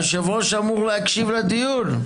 היושב-ראש אמור להקשיב לדיון.